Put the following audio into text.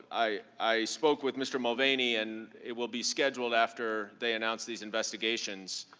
i i spoke with mr. mulvaney and it will be scheduled after they announce these investigations,